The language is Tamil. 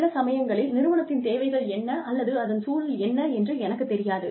சில சமயங்களில் நிறுவனத்தின் தேவைகள் என்ன அல்லது அதன் சூழல் என்ன என்று எனக்குத் தெரியாது